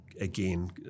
Again